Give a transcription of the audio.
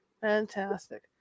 Fantastic